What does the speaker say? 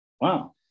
wow